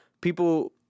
People